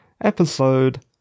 episode